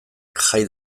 jai